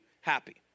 happy